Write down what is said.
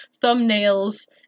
thumbnails